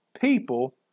people